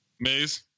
Maze